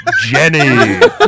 Jenny